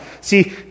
See